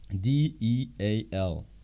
D-E-A-L